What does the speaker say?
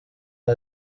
iyo